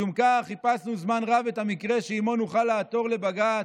משום כך חיפשנו זמן רב את המקרה שעימו נוכל לעתור לבג"ץ,